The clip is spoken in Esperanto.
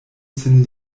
sin